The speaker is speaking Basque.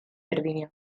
berdina